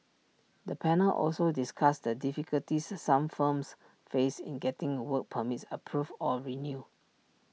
the panel also discussed the difficulties some firms faced in getting work permits approved or renewed